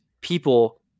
people